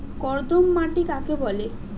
কর্দম মাটি কাকে বলে?